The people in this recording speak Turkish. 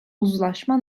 uzlaşma